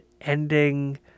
ending